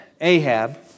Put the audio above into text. Ahab